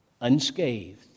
unscathed